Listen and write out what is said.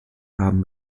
haben